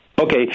Okay